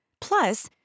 Plus